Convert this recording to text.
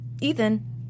Ethan